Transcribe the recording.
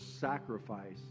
sacrifice